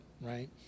right